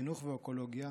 חינוך ואקולוגיה.